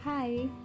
hi